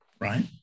Right